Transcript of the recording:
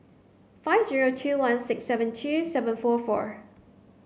five zero two one six seven two seven four four